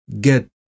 get